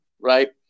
right